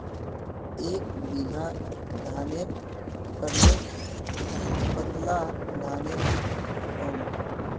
एक बीघा धानेर करले कतला धानेर पाम?